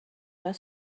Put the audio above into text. were